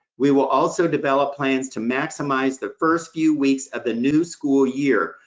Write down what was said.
we will also develop plans to maximize the first few weeks of the new school year,